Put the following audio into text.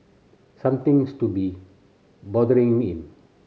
something use to be bothering him